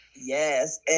Yes